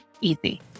easy